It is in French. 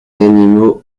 animaux